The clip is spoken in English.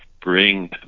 bring